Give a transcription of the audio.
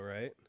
right